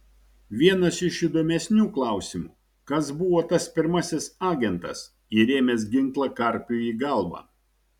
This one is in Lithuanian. vienas iš įdomesnių klausimų kas buvo tas pirmasis agentas įrėmęs ginklą karpiui į galvą